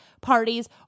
parties